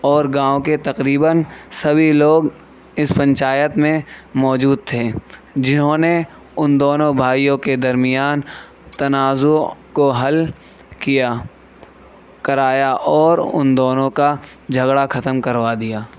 اور گاؤں کے تقریباََ سبھی لوگ اس پنچایت میں موجود تھے جنہوں نے ان دونوں بھائیوں کے درمیان تنازع کو حل کیا کرایا اور ان دونوں کا جھگڑا ختم کروا دیا